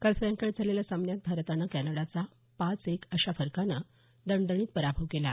काल सायंकाळी झालेल्या सामन्यात भारतानं कॅनडाचा पाच एक अशा फरकानं दणदणीत पराभव केला